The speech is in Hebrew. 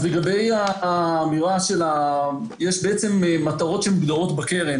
יש מטרות שמוגדרות בקרן.